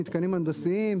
מתקנים הנדסיים,